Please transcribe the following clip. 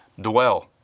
dwell